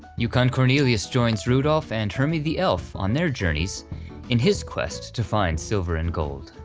yukon cornelius joins rudolph and hermey the elf on their journeys in his quest to find silver and gold.